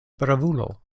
bravulo